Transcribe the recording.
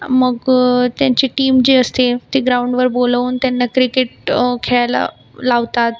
मग त्यांची टीम जी असते ती ग्राऊंडवर बोलवून त्यांना क्रिकेट खेळायला लावतात